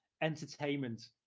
entertainment